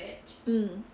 mm